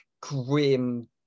grim